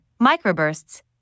microbursts